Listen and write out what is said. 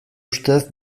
ustez